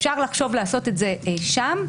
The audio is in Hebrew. אפשר לחשוב לעשות את זה שם.